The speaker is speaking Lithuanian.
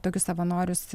tokius savanorius